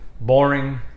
boring